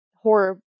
Horror